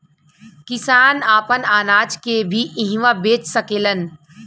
किसान आपन अनाज के भी इहवां बेच सकेलन